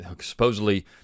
supposedly